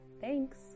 Thanks